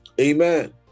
Amen